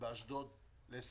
ובאשדוד ל-20,000.